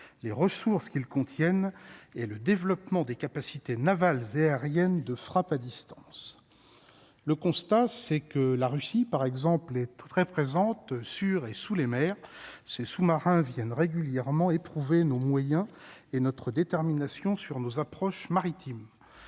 les ressources qu'ils contiennent et le développement des capacités navales et aériennes de frappes à distance le constat, c'est que la Russie par exemple est très présente sur et sous les mers, ces sous-marins viennent régulièrement éprouvé nos moyens et notre détermination sur nos approches maritimes